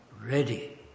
ready